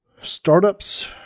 Startups